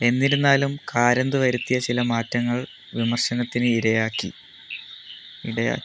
എന്നിരുന്നാലും കാരന്ത് വരുത്തിയ ചില മാറ്റങ്ങൾ വിമർശനത്തിന് ഇരയാക്കി ഇടയാക്കി